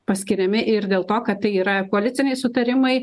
paskiriami ir dėl to kad tai yra koaliciniai susitarimai